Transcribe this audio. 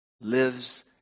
lives